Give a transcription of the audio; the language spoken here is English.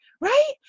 right